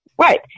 Right